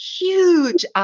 huge